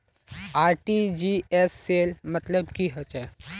RTGS सेल मतलब की होचए?